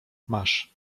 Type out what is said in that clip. masz